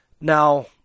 Now